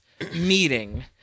meeting